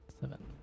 Seven